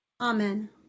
Amen